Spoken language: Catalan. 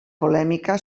polèmica